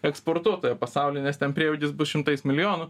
eksportuotoja pasauly nes ten prieaugis bus šimtais milijonų